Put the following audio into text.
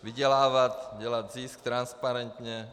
Vydělávat, dělat zisk transparentně.